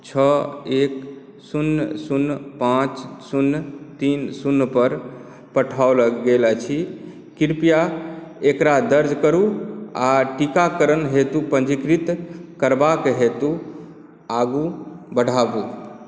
छओ एक शून्य शून्य पांच शून्य तीन शून्य पर पठाओल गेल अछि कृपया एकरा दर्ज करू आ टीकाकरणक हेतु पंजीकृत करबाक हेतु आगू बढाबू